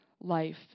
life